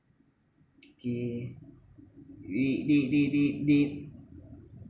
okay we they they they they